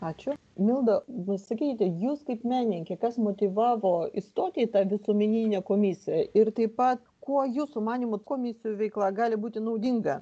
ačiū milda sakykite jus kaip menininkę kas motyvavo įstoti į tą visuomeninę komisiją ir taip pat kuo jūsų manymu komisijų veikla gali būti naudinga